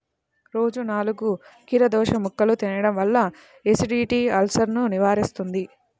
రోజూ నాలుగు కీరదోసముక్కలు తినడం వల్ల ఎసిడిటీ, అల్సర్సను నివారిస్తుంది